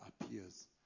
appears